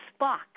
Spock